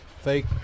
Fake